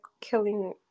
killing